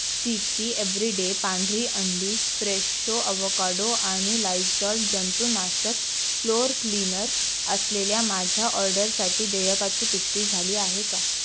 C P everyday पांढरी अंडी Fresho avocado आणि लायजॉल जंतुनाशक फ्लोअर क्लीनर असलेल्या माझ्या ऑर्डरसाठी देयकाची पुष्टी झाली आहे का